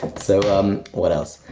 so, um, what else?